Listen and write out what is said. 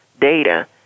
data